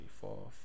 four